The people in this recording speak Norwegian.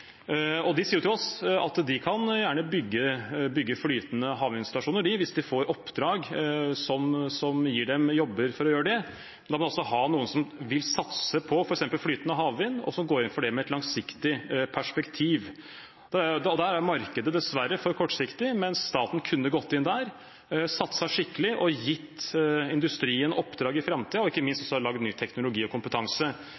næringer. De sier til oss at de kan gjerne bygge flytende havinstallasjoner hvis de får oppdrag som gir dem jobber for å gjøre det. Men da må man også ha noen som vil satse på f.eks. flytende havvind, og som går inn for det med et langsiktig perspektiv. Der er markedet dessverre for kortsiktig, men staten kunne ha gått inn der, satset skikkelig, gitt industrien oppdrag i framtiden og ikke minst